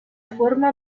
forma